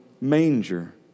manger